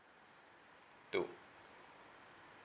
two